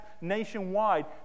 nationwide